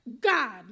God